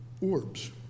orbs